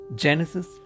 Genesis